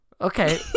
okay